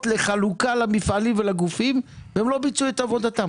לחלוקה למפעלים ולגופים והם לא ביצעו את עבודתם,